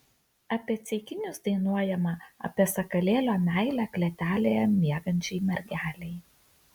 apie ceikinius dainuojama apie sakalėlio meilę klėtelėje miegančiai mergelei